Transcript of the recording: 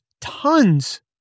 tons